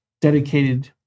dedicated